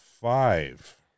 five